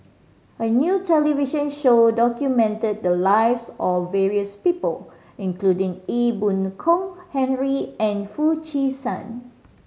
a new television show documented the lives of various people including Ee Boon Kong Henry and Foo Chee San